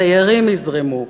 התיירים יזרמו,